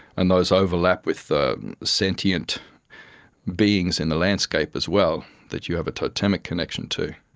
and those overlap with the sentient beings in the landscape as well that you have a totemic connection to.